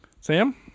Sam